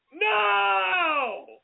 No